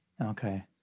Okay